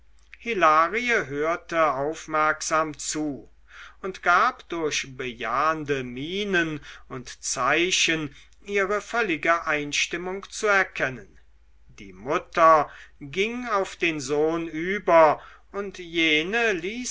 hilarie hörte aufmerksam zu und gab durch bejahende mienen und zeichen ihre völlige einstimmung zu erkennen die mutter ging auf den sohn über und jene